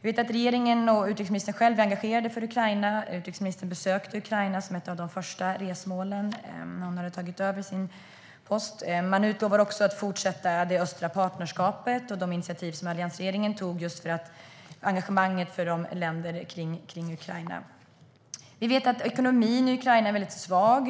Jag vet att regeringen och utrikesministern är engagerade i Ukraina. Det var ett av utrikesministerns första resmål när hon tillträtt sin post. Man utlovar också att man ska fortsätta med det östliga partnerskapet och de initiativ som alliansregeringen tog i fråga om engagemanget för länder kring Ukraina. Vi vet att ekonomin i Ukraina är svag.